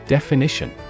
Definition